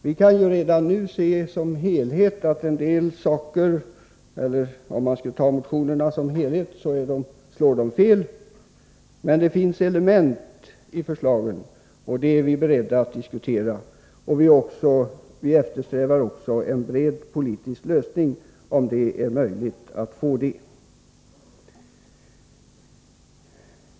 Vi kan redan nu se att en del motioner som helhet slår fel, men det finns alltså delar i förslagen som vi är beredda att diskutera. Vi eftersträvar också en bred politisk lösning om det är möjligt att nå en sådan.